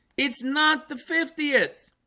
it's not the fiftieth